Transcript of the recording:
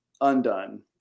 undone